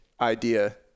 idea